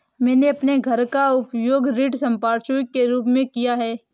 मैंने अपने घर का उपयोग ऋण संपार्श्विक के रूप में किया है